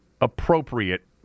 appropriate